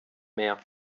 mehr